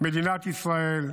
מדינת ישראל,